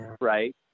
right